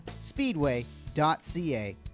speedway.ca